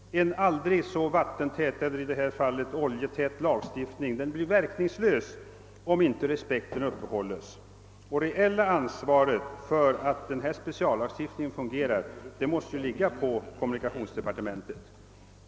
En aldrig så vattentät — eller i detta fall oljetät — lagstiftning får inte någon verkan om inte respekten upprätthålles. Det reella ansvaret för att denna speciallagstiftning skall fungera måste ligga på kommunikationsdepartementet.